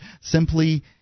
simply